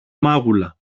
μάγουλα